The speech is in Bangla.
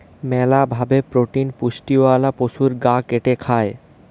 মেলা ভাবে প্রোটিন পুষ্টিওয়ালা পশুর গা কেটে খায়